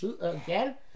again